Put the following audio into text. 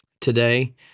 today